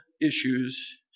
issues